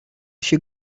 she